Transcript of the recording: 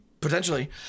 Potentially